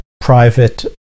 private